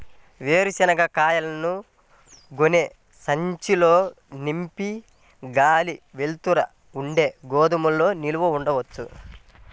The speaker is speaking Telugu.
వేరుశనగ కాయలను గోనె సంచుల్లో నింపి గాలి, వెలుతురు ఉండే గోదాముల్లో నిల్వ ఉంచవచ్చా?